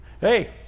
Hey